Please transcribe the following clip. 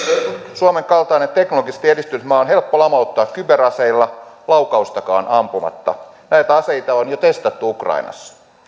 suomen kaltainen teknologisesti edistynyt maa on helppo lamauttaa kyberaseilla laukaustakaan ampumatta näitä aseita on jo testattu ukrainassa